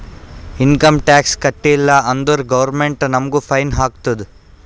income tax ಕಟ್ಟೀಲ ಅಂದುರ್ government ನಮುಗ್ ಫೈನ್ ಹಾಕ್ತುದ್